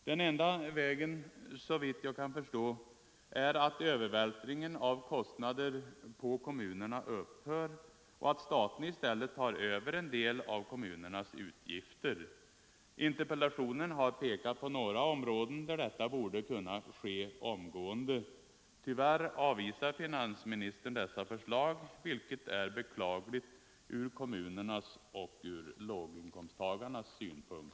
Den enda lösningen är, såvitt jag kan förstå, att övervältringen av 49 ekonomiska trycket på kommuner och landsting kostnader på kommunerna upphör och att staten i stället tar över en del av kommunernas utgifter. Interpellationen har pekat på några områden där detta borde kunna ske omgående. Tyvärr avvisar finansministern dessa förslag, vilket är beklagligt från kommunernas och låginkomsttagarnas synpunkt.